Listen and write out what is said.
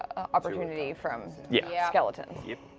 opportunity from yeah yeah skeletons. yeah